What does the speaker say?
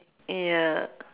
ya